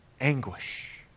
anguish